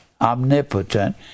omnipotent